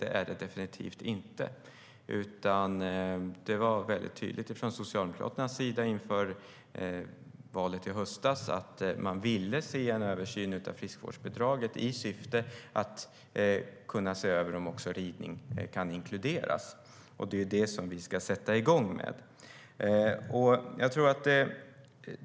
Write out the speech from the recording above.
Det är det definitivt inte. Inför valet i höstas var vi från Socialdemokraternas sida mycket tydliga med att vi ville ha en översyn av friskvårdsbidraget i syfte att se om även ridning kunde inkluderas. Det är den vi ska sätta igång med.